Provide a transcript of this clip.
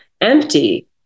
empty